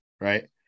Right